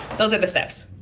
those are the steps.